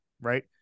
right